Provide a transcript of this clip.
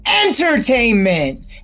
Entertainment